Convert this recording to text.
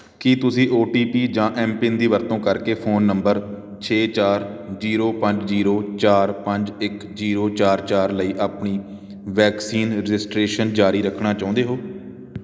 ਕੀ ਤੁਸੀਂ O T P ਜਾਂ mPIN ਦੀ ਵਰਤੋਂ ਕਰਕੇ ਫ਼ੋਨ ਨੰਬਰ ਛੇ ਚਾਰ ਜੀਰੋ ਪੰਜ ਜੀਰੋ ਚਾਰ ਪੰਜ ਇੱਕ ਜੀਰੋ ਚਾਰ ਚਾਰ ਲਈ ਆਪਣੀ ਵੈਕਸੀਨ ਰਜਿਸਟ੍ਰੇਸ਼ਨ ਜਾਰੀ ਰੱਖਣਾ ਚਾਹੁੰਦੇ ਹੋ